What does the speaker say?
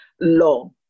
law